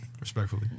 Respectfully